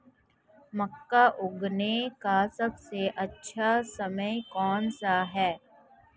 मक्का उगाने का सबसे अच्छा मौसम कौनसा है?